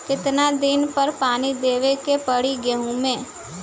कितना दिन पर पानी देवे के पड़ी गहु में?